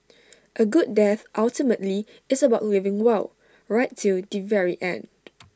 A good death ultimately is about living well right till the very end